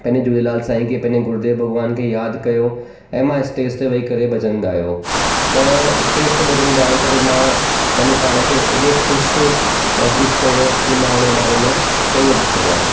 पंहिंजे झूलेलाल साईं खे पंहिंजे गुरुदेव भॻवान खे यादि कयो ऐं मां स्टेज ते वेही करे भॼन ॻायो त स्टेज ते भॼन ॻाए करे मां पंहिंजे पाण खे अहिड़ो ख़ुशि महसूसु कयो की मां हुन जे बारे में चई नथो सघां